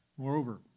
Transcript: Moreover